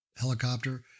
helicopter